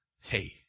Hey